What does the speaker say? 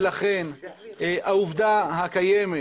ולכן, העובדה הקיימת